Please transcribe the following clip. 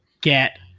get